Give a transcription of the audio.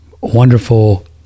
Wonderful